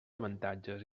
avantatges